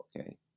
Okay